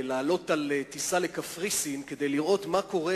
לעלות על טיסה לקפריסין כדי לראות מה קורה